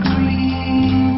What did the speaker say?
Green